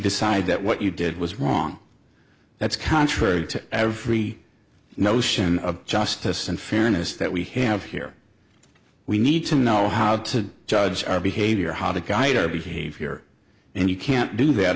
decide that what you did was wrong that's contrary to every notion of justice and fairness that we have here we need to know how to judge our behavior how to guide our behavior and you can't do that